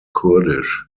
kurdish